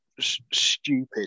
stupid